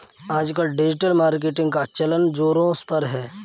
आजकल digital marketing का चलन ज़ोरों पर है